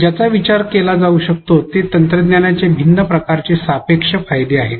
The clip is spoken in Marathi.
ज्यांचा विचार केला जाऊ शकतो ते तंत्रज्ञानाचे भिन्न प्रकारचे सापेक्ष फायदे आहेत